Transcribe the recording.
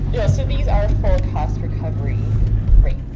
yeah, so these are for cost recovery rate,